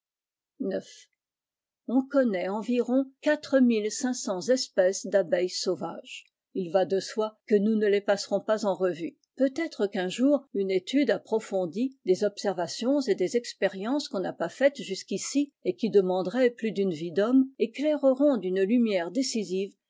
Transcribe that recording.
on connaît environ quatre mille cinq cents espèces d'abeilles sauvages il va de soi que nous ne les passerons pas en revue peut-être qu'un jour une étude approfondie des ôbservatians et des expériences qu'on n'a pas faites jusqu'ici et qui demanderaient plus d une yi d'homme éclaireront d une lumière décisiv